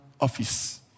office